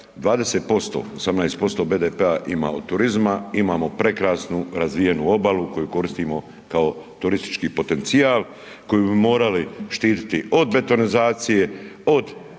20%, 18% BDP-a ima od turizma. Imamo prekrasnu razvijenu obalu koju koristimo kao turistički potencijal i koju bi morali štititi od betonizacije, od štetnih